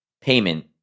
payment